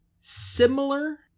similar